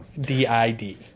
D-I-D